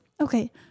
Okay